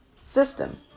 system